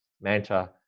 manta